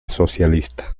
socialista